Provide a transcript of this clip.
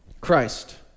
Christ